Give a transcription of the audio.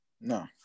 no